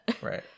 Right